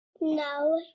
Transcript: no